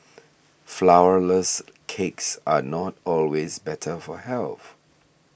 Flourless Cakes are not always better for health